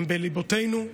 הם בליבנו,